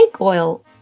oil